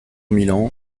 milan